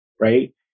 right